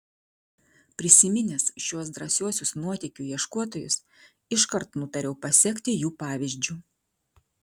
prisiminęs šiuos drąsiuosius nuotykių ieškotojus iškart nutariau pasekti jų pavyzdžiu